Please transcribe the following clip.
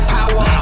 Power